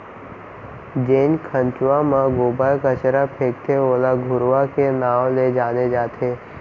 जेन खंचवा म गोबर कचरा फेकथे ओला घुरूवा के नांव ले जाने जाथे